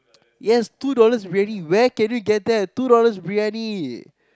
yes two dollar Briyani where can we get that two dollars Briyani